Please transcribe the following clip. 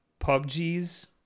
PUBG's